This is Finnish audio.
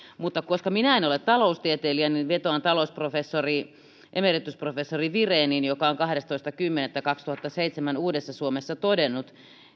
mutta koska minä en ole taloustieteilijä niin vetoan talousprofessori emeritusprofessori vireniin joka on kahdestoista kymmenettä kaksituhattaseitsemäntoista uudessa suomessa todennut